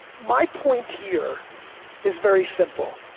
my point here is very simple.